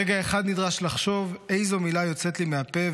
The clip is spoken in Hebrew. רגע אחד נדרש לחשוב איזו מילה יוצאת לי מהפה,